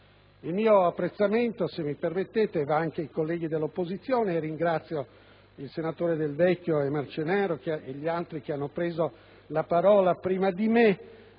Il mio apprezzamento, se mi permettete, va anche ai colleghi dell'opposizione. A tale proposito ringrazio i senatori Del Vecchio, Marcenaro e gli altri che hanno preso la parola prima di me,